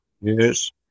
Yes